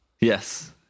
Yes